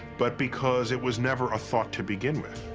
but because it was never a thought to begin with.